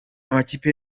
amakipe